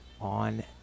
on